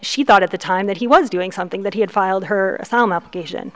she thought at the time that he was doing something that he had filed her asylum application